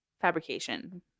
fabrication